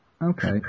Okay